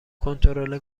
کنترل